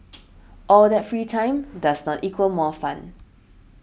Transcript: all that free time does not equal more fun